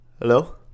Hello